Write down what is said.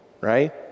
right